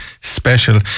special